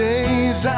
Days